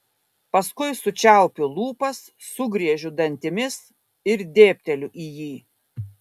paskui sučiaupiu lūpas sugriežiu dantimis ir dėbteliu į jį